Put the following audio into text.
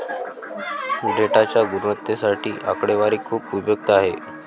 डेटाच्या गुणवत्तेसाठी आकडेवारी खूप उपयुक्त आहे